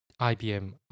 IBM